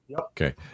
Okay